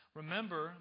Remember